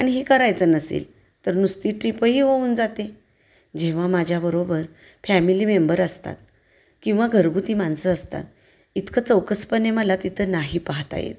आणि हे करायचं नसेल तर नुसती ट्रिपही होऊन जाते जेव्हा माझ्याबरोबर फॅमिली मेंबर असतात किंवा घरगुती माणसं असतात इतकं चौकसपणे मला तिथं नाही पाहता येत